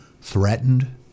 threatened